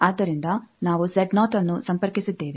ಆದ್ದರಿಂದ ನಾವು ಅನ್ನು ಸಂಪರ್ಕಿಸಿದ್ದೇವೆ